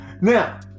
Now